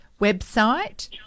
website